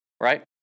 right